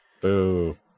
Boo